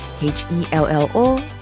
H-E-L-L-O